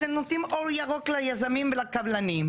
אתם נותנים אור ירוק ליזמים ולקבלנים.